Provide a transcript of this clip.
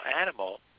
animal